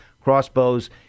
crossbows